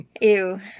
Ew